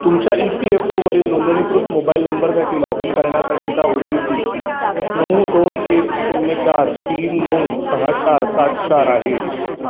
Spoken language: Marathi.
तुमच्या ई पी एफ ओवरील नोंदणीकृत मोबाईल नंबरसाठी लॉग इन करण्यासाठीचा ओ टी पी नऊ दोन एक शून्य चार तीन नऊ सहा चार सात चार आहे